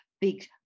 big